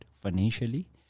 financially